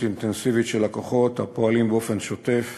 אינטנסיבית של הכוחות הפועלים באופן שוטף